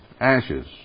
Ashes